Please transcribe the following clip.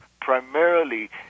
primarily